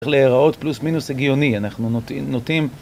צריך להיראות פלוס מינוס הגיוני, אנחנו נוטים